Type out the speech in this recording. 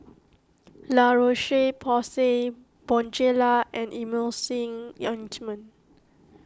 La Roche Porsay Bonjela and Emulsying Ointment